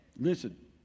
Listen